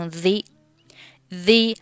the,the